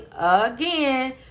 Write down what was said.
again